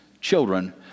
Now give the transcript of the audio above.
children